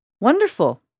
Wonderful